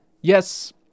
Yes